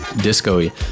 disco-y